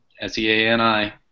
S-E-A-N-I